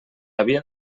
havia